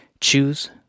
Choose